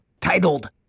titled